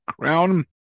crown